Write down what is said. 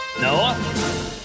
No